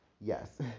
Yes